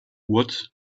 what